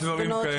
הפגנות.